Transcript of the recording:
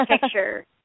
picture